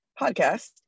podcast